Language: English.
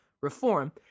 reform